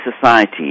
society